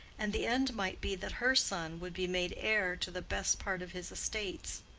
and the end might be that her son would be made heir to the best part of his estates.